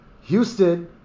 Houston